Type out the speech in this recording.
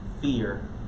fear